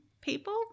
people